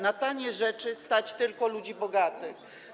Na tanie rzeczy stać tylko ludzi bogatych.